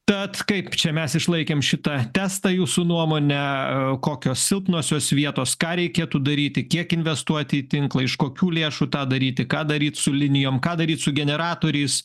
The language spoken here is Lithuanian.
tad kaip čia mes išlaikėm šitą testą jūsų nuomone kokios silpnosios vietos ką reikėtų daryti kiek investuoti į tinklą iš kokių lėšų tą daryti ką daryt su linijom ką daryt su generatoriais